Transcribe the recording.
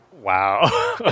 wow